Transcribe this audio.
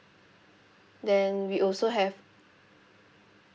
then we also have